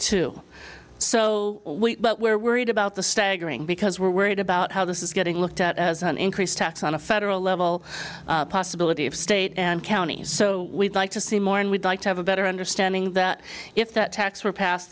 too so we but we're worried about the staggering because we're worried about how this is getting looked at as an increased tax on a federal level possibility of state and county so we'd like to see more and we'd like to have a better understanding that if that tax were pas